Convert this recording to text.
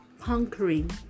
conquering